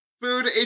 Food